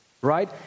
right